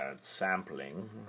sampling